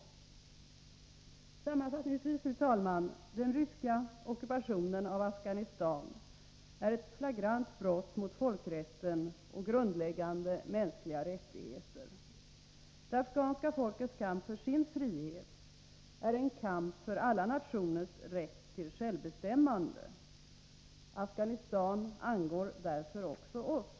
Sammanfattningsvis, fru talman: Den ryska ockupationen av Afghanistan är ett flagrant brott mot folkrätten och grundläggande mänskliga rättigheter. Det afghanska folkets kamp för sin frihet är en kamp för alla nationers rätt till självbestämmande. Afghanistan angår därför också oss.